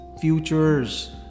futures